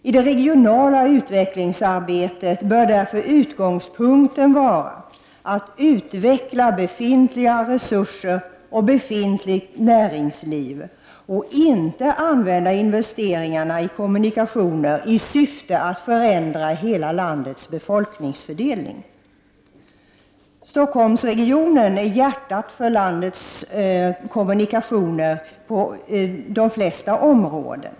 I det regionala utvecklingsarbetet bör därför utgångspunkten vara att utveckla befintliga resurser och befintligt näringsliv, och inte att använda investeringar i kommunikationer i syfte att förändra hela landets befolkningsfördelning. Stockholmsregionen är hjärtat för landets kommunikationer på de flesta områden.